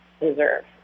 deserve